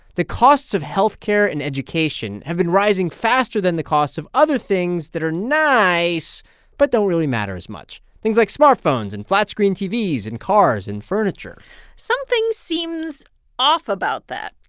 the costs of health care and education have been rising faster than the costs of other things that are nice but don't really matter as much, things like smartphones and flat-screen tvs and cars and furniture something seems off about that.